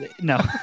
no